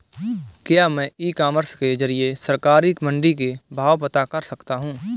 क्या मैं e commerce के ज़रिए सरकारी मंडी के भाव पता कर सकता हूँ?